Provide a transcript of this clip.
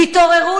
תתעוררו,